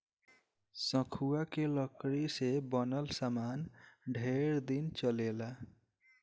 सखुआ के लकड़ी से बनल सामान ढेर दिन चलेला